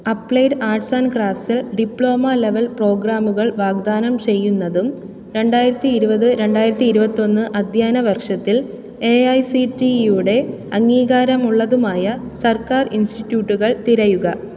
applied arts and ക്രാഫ്റ്റ്സ്ൽ diploma level പ്രോഗ്രാമുകൾ വാഗ്ദാനം ചെയ്യുന്നതും രണ്ടായിരത്തി ഇരുപത് രണ്ടായിരത്തി ഇരുപത്തൊന്ന് അധ്യയന വർഷത്തിൽ എ ഐ സി റ്റി യുടെ അംഗീകാരമുള്ളതുമായ സർക്കാർ ഇൻസ്റ്റിറ്റ്യൂട്ടുകൾ തിരയുക